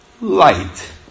light